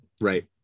Right